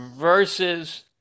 versus